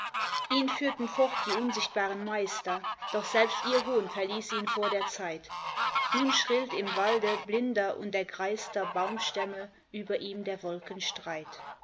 ihn führten fort die unsichtbaren meister doch selbst ihr hohn verließ ihn vor der zeit nun schrillt im walde blinder und ergreister baumstämme über ihm der wolken streit